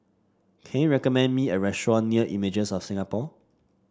can you recommend me a restaurant near Images of Singapore